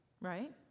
Right